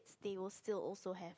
they will still also have